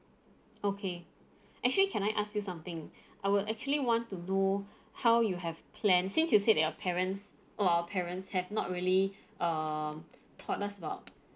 okay actually can I ask you something I would actually want to know how you have planned since you said that your parents or our parents have not really err taught us about